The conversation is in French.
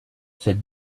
cette